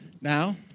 Now